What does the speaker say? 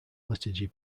liturgy